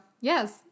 yes